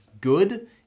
good